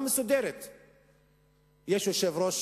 יש יושב-ראש,